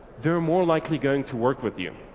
they're more likely going to work with you.